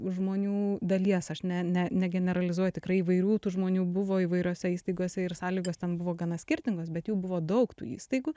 žmonių dalies aš ne ne negeneralizuoju tikrai įvairių tų žmonių buvo įvairiose įstaigose ir sąlygos ten buvo gana skirtingos bet jų buvo daug tų įstaigų